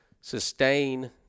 sustain